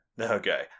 Okay